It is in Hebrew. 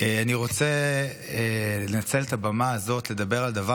אני רוצה לנצל את הבמה הזאת לדבר על דבר